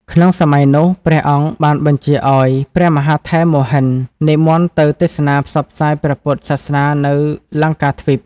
ក្នុងសម័យនោះ ព្រះអង្គបានបញ្ជាឱ្យ ព្រះមហាថេរមហិន្ទ និមន្តទៅទេសនាផ្សព្វផ្សាយព្រះពុទ្ធសាសនានៅ លង្កាទ្វីប។